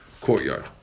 courtyard